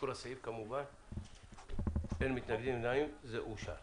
הצבעה בעד 2 נגד, אין נמנעים, אין אושר.